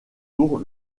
tour